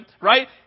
right